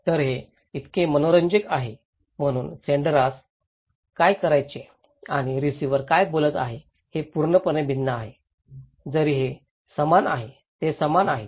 तर हे इतके मनोरंजक आहे म्हणून सेण्डरास काय करायचे आहे आणि रिसिव्हर काय बोलत आहे ते पूर्णपणे भिन्न आहे जरी ते समान आहेत ते समान आहेत